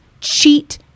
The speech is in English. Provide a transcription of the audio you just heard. cheat